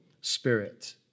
Spirit